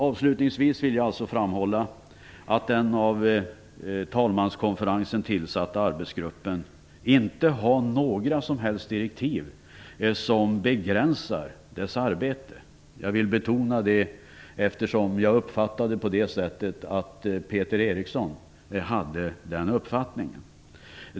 Avslutningsvis vill jag framhålla att den av talmanskonferensen tillsatta arbetsgruppen inte har några som helst direktiv som begränsar dess arbete. Jag vill betona det, eftersom jag förstod det som att Peter Eriksson hade den uppfattningen.